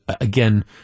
again